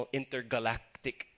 intergalactic